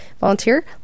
volunteer